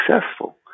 successful